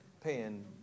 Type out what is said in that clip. paying